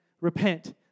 repent